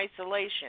isolation